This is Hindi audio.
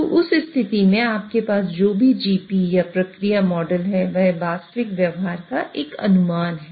तो उस स्थिति में आपके पास जो भी Gp या प्रक्रिया मॉडल है वह वास्तविक व्यवहार का एक अनुमान है